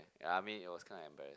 and I mean it was kind of embarrassing